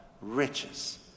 riches